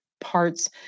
parts